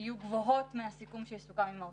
יהיו גבוהות מהסיכום שיסוכם עם האוצר.